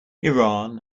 iran